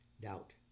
doubt